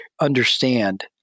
understand